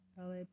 LA